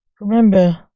Remember